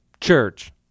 church